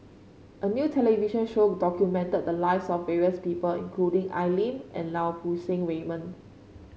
a new television show documented the lives of various people including Al Lim and Lau Poo Seng Raymond